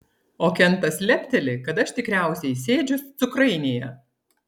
o kentas lepteli kad aš tikriausiai sėdžiu cukrainėje